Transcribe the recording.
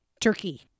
turkey